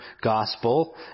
gospel